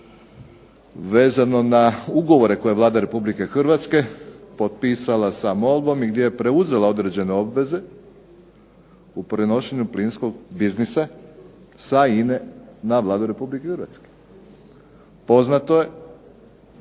vezano na ugovore koje je Vlada Republike Hrvatske potpisala sa MOL-om i gdje je preuzela određene obveze u prenošenju plinskog biznisa sa INA-e na Vladu Republike Hrvatske. Poznato je